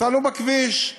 נסענו בכביש.